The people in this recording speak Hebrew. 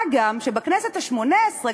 מה גם שבכנסת השמונה-עשרה,